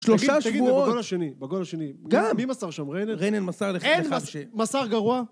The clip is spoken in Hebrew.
שלושה שבועות, תגיד, בגול השני, בגול השני. גם, מי מסר שם? ריינן? ריינן מסר. מסר גרוע?